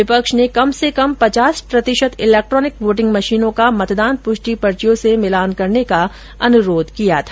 विपक्ष ने कम से कम पचास प्रतिशत इलैक्ट्रॉनिक वोटिंग मशीनों का मतदान पुष्टि पर्चियों से मिलान करने का अनुरोध किया था